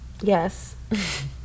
Yes